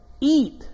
Eat